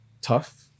tough